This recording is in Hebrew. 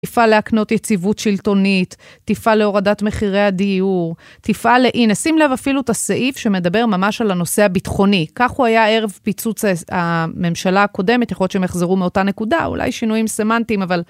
תפעל להקנות יציבות שלטונית, תפעל להורדת מחירי הדיור, תפעל... הנה, שים לב אפילו את הסעיף שמדבר ממש על הנושא הביטחוני. כך הוא היה ערב פיצוץ הממשלה הקודמת, יכול להיות שהם יחזרו מאותה נקודה, אולי שינויים סמנטיים, אבל...